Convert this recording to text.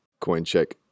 Coincheck